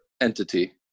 entity